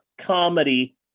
comedy